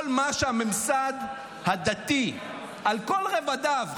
כל מה שהממסד הדתי על כל רבדיו,